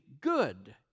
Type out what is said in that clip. good